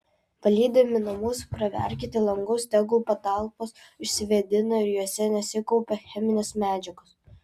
valydami namus praverkite langus tegul patalpos išsivėdina ir jose nesikaupia cheminės medžiagos